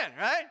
right